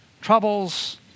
troubles